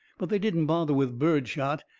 but they didn't bother with birdshot.